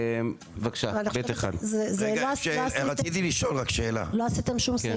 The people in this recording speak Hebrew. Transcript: בבקשה ב' 1. רגע רציתי לשאול רק שאלה, כתוב